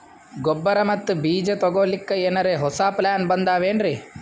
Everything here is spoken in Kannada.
ಗೊಬ್ಬರ ಮತ್ತ ಬೀಜ ತೊಗೊಲಿಕ್ಕ ಎನರೆ ಹೊಸಾ ಪ್ಲಾನ ಬಂದಾವೆನ್ರಿ?